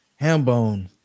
Hambone